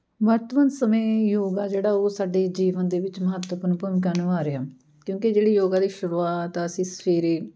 ਵਰਤਮਾਨ ਸਮੇਂ ਯੋਗਾ ਜਿਹੜਾ ਉਹ ਸਾਡੇ ਜੀਵਨ ਦੇ ਵਿੱਚ ਮਹੱਤਵਪੂਰਨ ਭੂਮਿਕਾ ਨਿਭਾ ਰਿਹਾ ਕਿਉਂਕਿ ਜਿਹੜੀ ਯੋਗਾ ਦੀ ਸ਼ੁਰੂਆਤ ਅਸੀਂ ਸਵੇਰੇ